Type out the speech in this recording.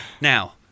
Now